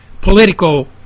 political